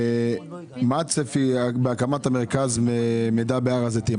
מה הצפי בהקמת מרכז המידע בהר הזיתים?